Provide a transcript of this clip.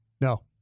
No